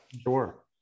Sure